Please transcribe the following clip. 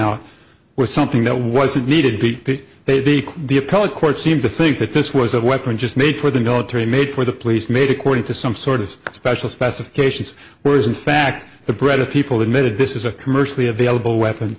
out with something that wasn't needed p p they be the appellate court seem to think that this was a weapon just made for the military made for the police made according to some sort of special specifications whereas in fact the bread of people admitted this is a commercially available weapon